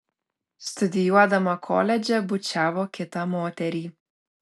studijuodama koledže bučiavo kitą moterį